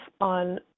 on